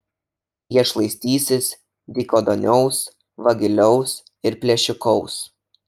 jie šlaistysis dykaduoniaus vagiliaus ir plėšikaus